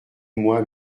moi